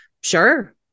Sure